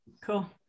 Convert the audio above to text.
cool